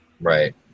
Right